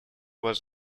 was